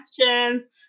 questions